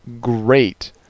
great